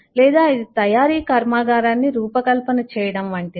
లేదా ఇది తయారీ కర్మాగారాన్ని రూపకల్పన చేయడం వంటిదా